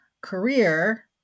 career